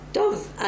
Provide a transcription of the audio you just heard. טוב,